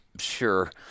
sure